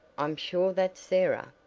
i'm sure that's sarah!